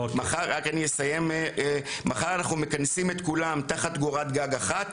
מחר אנחנו מכנסים את כולם תחת קורת גג אחת,